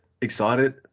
excited